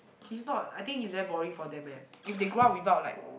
is not I think is very boring for them eh if they grow up without like